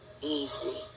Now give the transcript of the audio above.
easy